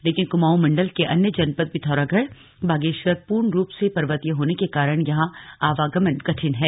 लेकिन कुमाऊं मण्डल के अन्य जनपद पिथौरागढ़ बागेश्वर पूर्ण रूप से पर्वतीय होने के कारण यहां आवागमन कठिन है